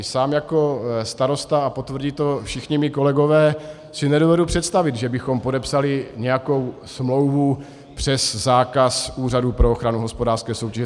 Sám jako starosta, a potvrdí to všichni mí kolegové, si nedovedu představit, že bychom podepsali nějakou smlouvu přes zákaz Úřadu pro ochranu hospodářské soutěže.